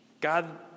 God